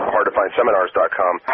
HardToFindSeminars.com